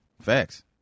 Facts